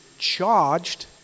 charged